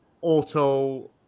auto